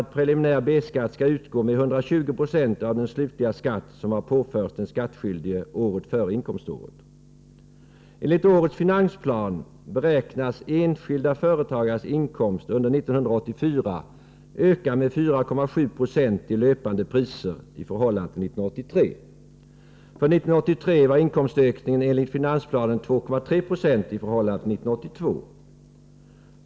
Torsdagen den Den nya lagen, som trädde i kraft den 1 januari 1983, innebär att 10 maj 1984 inkomstökningen enligt finansplanen 2,3 96 i förhållande till 1982.